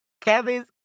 Kevin